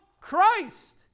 Christ